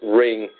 ring